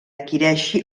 adquireixi